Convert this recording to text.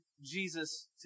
Jesus